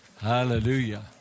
Hallelujah